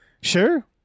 sure